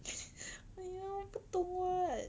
!aiya! 我不懂 [what]